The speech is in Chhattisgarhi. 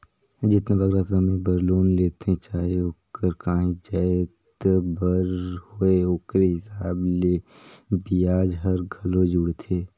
जेतना बगरा समे बर लोन लेथें चाहे ओहर काहींच जाएत बर होए ओकरे हिसाब ले बियाज हर घलो जुड़थे